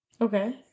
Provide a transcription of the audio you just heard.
Okay